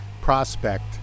prospect